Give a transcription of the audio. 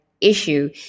issue